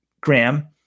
Graham